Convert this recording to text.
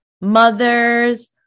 mothers